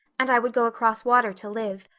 and i would go across water to live.